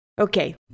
Okay